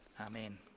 Amen